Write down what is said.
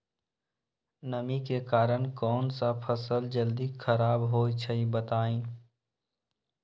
नमी के कारन कौन स फसल जल्दी खराब होई छई बताई?